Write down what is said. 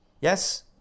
Yes